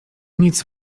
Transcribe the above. nic